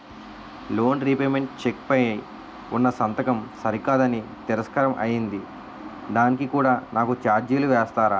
Loan repayment cheque పై ఉన్నా సంతకం సరికాదు అని తిరస్కారం అయ్యింది దానికి కూడా నాకు ఛార్జీలు వేస్తారా?